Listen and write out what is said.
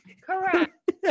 Correct